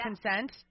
consent